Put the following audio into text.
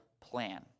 plan